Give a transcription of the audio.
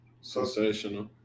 Sensational